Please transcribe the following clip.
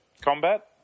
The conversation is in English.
combat